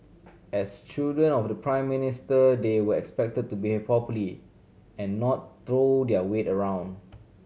as children of the Prime Minister they were expected to behave properly and not throw their weight around